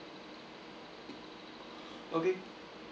okay